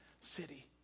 city